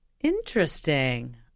Interesting